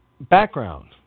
background